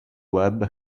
web